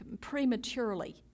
prematurely